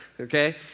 okay